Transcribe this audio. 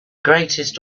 greatest